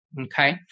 okay